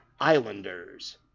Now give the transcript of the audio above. Islanders